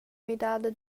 midada